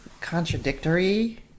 contradictory